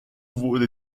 wurde